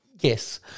Yes